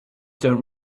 don’t